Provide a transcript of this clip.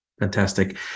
Fantastic